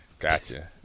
Gotcha